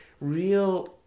real